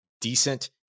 decent